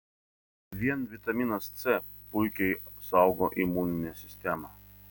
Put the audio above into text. vien vitaminas c puikiai saugo imuninę sistemą